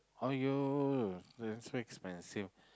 !aiyo! then so expensive